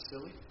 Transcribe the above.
silly